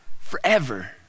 forever